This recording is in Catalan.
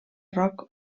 rock